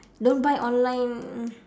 don't buy online